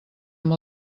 amb